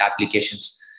applications